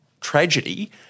tragedy